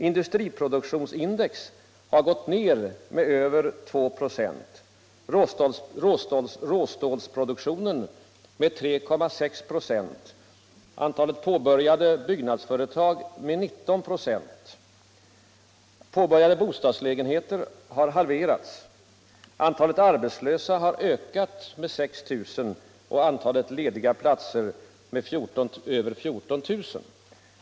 Industriproduktionsindex har gått ned med över 2 96, råstålsproduktionen med 3,6 96 och antalet påbörjade byggnadsföretag med 19 96. Antalet påbörjade bostadslägenheter har halverats. Antalet arbetslösa har ökat med 6 000 och antalet lediga platser med över 14 000.